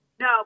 No